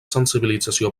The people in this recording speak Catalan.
sensibilització